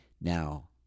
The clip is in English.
now